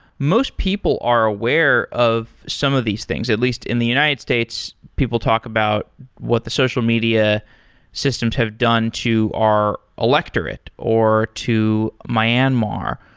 most people are aware of some of these things. at least in the united states, people talk about what the social media systems have done to our electorate, or to myanmar,